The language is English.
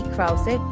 Krause